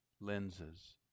lenses